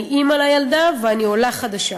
אני אימא לילדה ואני עולה חדשה.